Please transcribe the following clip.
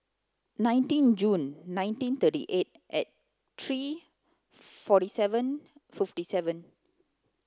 nineteen June nineteen thirty eight three forty seven fifty seven